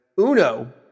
Uno